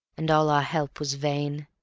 and all our help was vain.